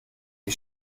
wie